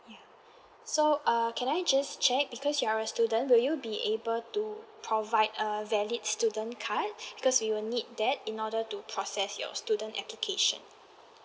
ya so uh can I just check because you are a student will you be able to provide a valid student card because we will need that in order to process your student application